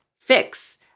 fix